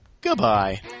Goodbye